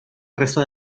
resta